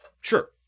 Sure